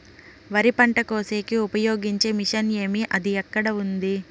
వరి పంట కోసేకి ఉపయోగించే మిషన్ ఏమి అది ఎక్కడ ఉంది?